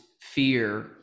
fear